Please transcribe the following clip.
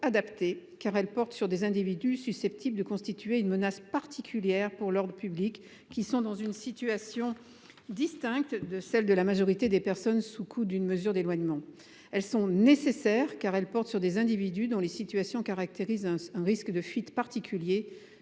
dans la mesure où ils sont susceptibles de constituer une menace particulière pour l’ordre public, se trouvent dans une situation distincte de celle de la majorité des personnes sous le coup d’une mesure d’éloignement. Elles sont nécessaires, car elles s’appliquent à des individus dont les situations caractérisent un risque de fuite particulier,